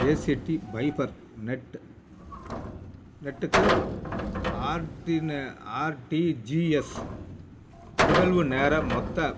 ACT Fibernet நெட்டுக்கு ஆர்டின RTGS நிகழ்வு நேர மொத்த